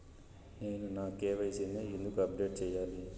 నేను నా కె.వై.సి ని ఎందుకు అప్డేట్ చెయ్యాలి?